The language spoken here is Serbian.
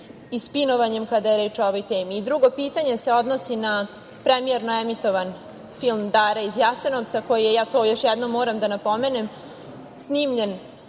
i spinovanjem, kada je reč o ovoj temi. Drugo pitanje se odnosi na premijerno emitovanje filma „Dara iz Jasenovca“, koji je, to još jednom moram da napomenem, snimljen